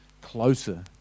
closer